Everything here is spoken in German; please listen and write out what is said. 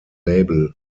label